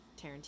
tarantino